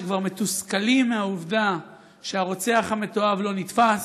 שכבר מתוסכלים מהעובדה שהרוצח המתועב לא נתפס,